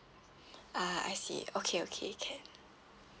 ah I see okay okay